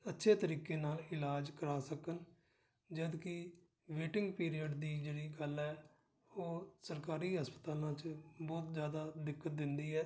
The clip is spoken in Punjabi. ਅੱਛੇ ਤਰੀਕੇ ਨਾਲ ਇਲਾਜ ਕਰਾ ਸਕਣ ਜਦੋਂ ਕਿ ਵੇਟਿੰਗ ਪੀਰੀਅਡ ਦੀ ਜਿਹੜੀ ਗੱਲ ਹੈ ਉਹ ਸਰਕਾਰੀ ਹਸਪਤਾਲਾਂ 'ਚ ਬਹੁਤ ਜ਼ਿਆਦਾ ਦਿੱਕਤ ਦਿੰਦੀ ਹੈ